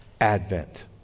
Advent